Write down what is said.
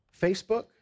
Facebook